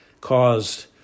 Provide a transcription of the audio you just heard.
caused